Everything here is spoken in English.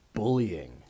Bullying